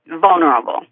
vulnerable